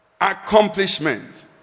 Accomplishment